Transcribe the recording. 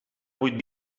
vuit